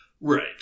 Right